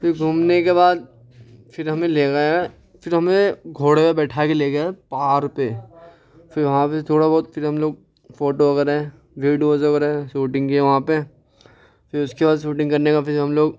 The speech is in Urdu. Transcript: پھر گھومنے کے بعد پھر ہمیں لے گیا پھر ہمیں گھوڑے پہ بیٹھا کے لے گیا پہاڑ پہ پھر وہاں پہ تھوڑا بہت پھر ہم لوگ فوٹو وغیرہ ویڈیوز وغیرہ شوٹنگ کی وہاں پہ پھر اس کے بعد شوٹنگ کرنے کا پھر ہم لوگ